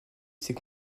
ses